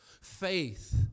Faith